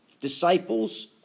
disciples